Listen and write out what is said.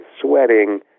sweating